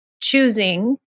choosing